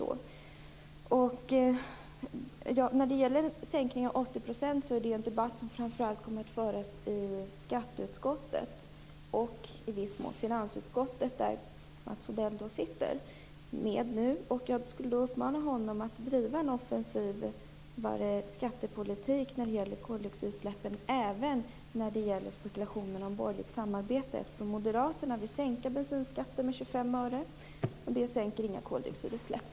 Debatten om den 80-procentiga sänkningen kommer framför allt att föras i skatteutskottet och i viss mån i finansutskottet, där Mats Odell sitter. Jag skulle vilja uppmana honom att driva en mer offensiv skattepolitik när det gäller koldioxidutsläppen. Det gäller även spekulationerna om borgerligt samarbetet. Moderaterna vill sänka bensinskatten med 25 öre. Det sänker inga koldioxidutsläpp.